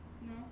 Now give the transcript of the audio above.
No